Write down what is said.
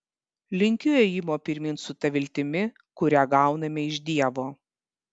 linkiu ėjimo pirmyn su ta viltimi kurią gauname iš dievo